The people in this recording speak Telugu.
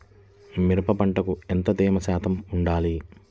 మిరప పంటకు ఎంత తేమ శాతం వుండాలి?